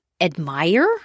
admire